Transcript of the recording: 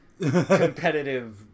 competitive